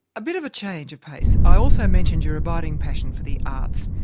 a bit of a change of pace. i also mentioned your abiding passion for the arts.